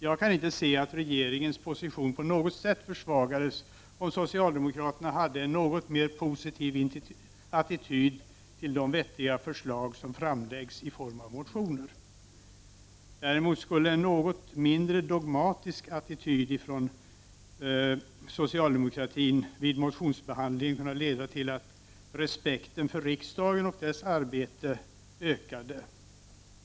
Jag kan inte se att regeringens position på något sätt skulle försvagas om socialdemokraterna hade en något mer positiv attityd till de vettiga förslag som framläggs i form av motioner. Däremot skulle en något mindre dogmatisk attityd från socialdemokratin vid motionsbehandlingen kunna leda till att respekten för riksdagen och dess arbete ökade.